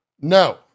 No